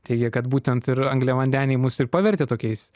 teigia kad būtent ir angliavandeniai mus ir pavertė tokiais